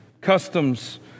customs